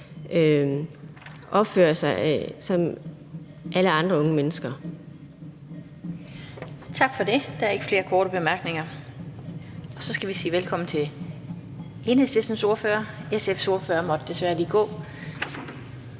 16:02 Den fg. formand (Annette Lind): Tak for det. Der er ikke flere korte bemærkninger. Så skal vi sige velkommen til Enhedslistens ordfører – SF's ordfører måtte desværre lige gå.